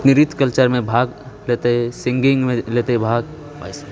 नृत्य कल्चरमे भाग लेतै सिन्गिङ्गमे लेतै भाग